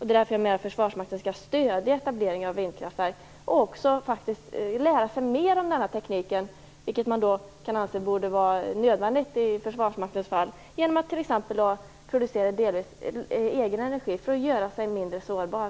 Därför menar jag att Försvarsmakten skall stödja etableringen av vindkraftverk och också faktiskt lära sig mer om denna teknik - något som ju kan anses vara nödvändigt i Försvarsmaktens fall - genom att t.ex. producera egen energi för att göra sig mindre sårbar.